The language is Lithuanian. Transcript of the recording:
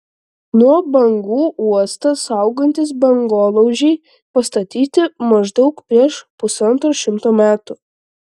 nuo bangų uostą saugantys bangolaužiai pastatyti maždaug prieš pusantro šimto metų